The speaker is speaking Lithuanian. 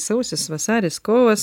sausis vasaris kovas